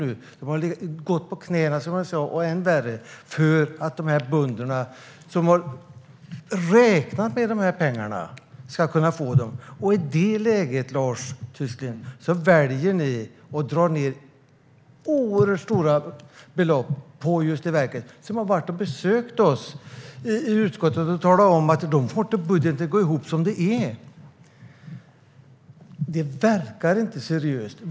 Man har gått på knäna och ännu värre för att dessa bönder, som har räknat med de här pengarna, ska kunna få dem. I det läget, Lars Tysklind, väljer ni att dra ned stora belopp på just Jordbruksverket, trots att de besökte oss i utskottet och talade om att de inte får budgeten att gå ihop som det är. Det verkar inte seriöst.